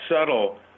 subtle